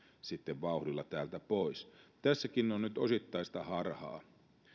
sitten vauhdilla täältä pois tässäkin on nyt osittaista harhaa